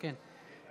כן,